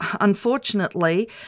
unfortunately